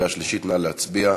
38),